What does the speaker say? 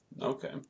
Okay